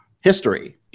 history